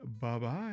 bye-bye